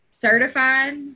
certified